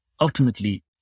Ultimately